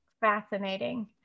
fascinating